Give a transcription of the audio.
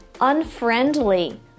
unfriendly